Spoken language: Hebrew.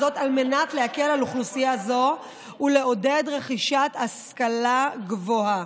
על מנת להקל על אוכלוסייה זו ולעודד רכישת השכלה גבוהה.